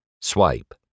swipe